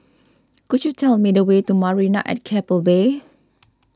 could you tell me the way to Marina at Keppel Bay